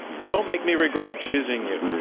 don't make me regret choosing you.